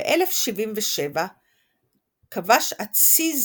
ב-1077 כבש אתסיז